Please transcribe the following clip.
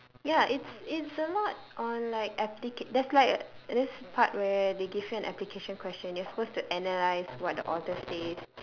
ya it's it's a lot on like applica~ there's like this part where they give you an application question and you are supposed to analyse what the author say